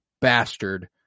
bastard